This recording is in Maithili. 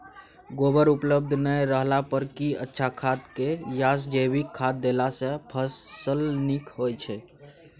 गोबर उपलब्ध नय रहला पर की अच्छा खाद याषजैविक खाद देला सॅ फस ल नीक होय छै?